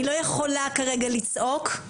אני לא יכולה כרגע לצעוק.